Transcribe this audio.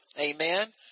Amen